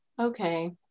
okay